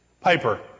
Piper